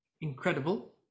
incredible